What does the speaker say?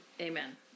Amen